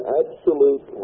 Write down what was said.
absolute